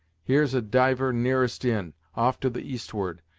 here's a diver nearest in, off to the eastward,